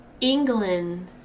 England